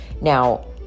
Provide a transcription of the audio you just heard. now